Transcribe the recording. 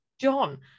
John